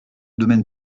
domaine